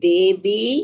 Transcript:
Devi